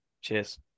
Cheers